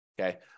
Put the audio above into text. Okay